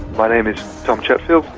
my name is tom chatfield,